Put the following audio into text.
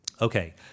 Okay